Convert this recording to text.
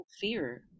fear